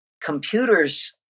Computers